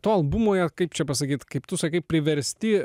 to albumo jie kaip čia pasakyt kaip tu sakai priversti